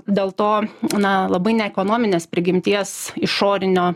dėl to na labai ne ekonominės prigimties išorinio